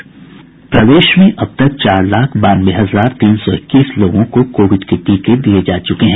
प्रदेश में अब तक चार लाख बानवे हजार तीन सौ इक्कीस लोगों को कोविड के टीके दिये जा चुके हैं